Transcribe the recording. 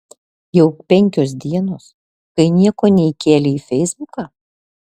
jau penkios dienos kai nieko neįkėlei į feisbuką